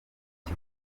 iki